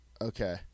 Okay